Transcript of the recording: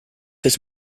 his